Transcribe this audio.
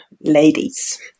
ladies